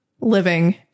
living